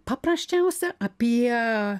paprasčiausia apie